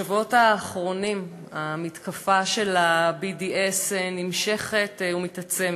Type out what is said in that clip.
בשבועות האחרונים המתקפה של ה-BDS נמשכת ומתעצמת: